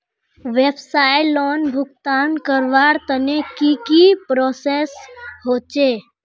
व्यवसाय लोन भुगतान करवार तने की की प्रोसेस होचे?